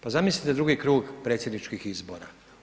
Pa zamislite drugi krug predsjedničkih izbora.